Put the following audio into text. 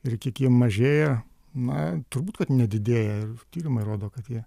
ir kitiem mažėja na turbūt kad nedidėja ir tyrimai rodo kad jie